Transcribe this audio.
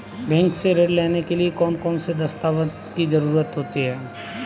Bank से ऋण लेने के लिए कौन से दस्तावेज की जरूरत है?